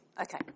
okay